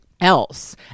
else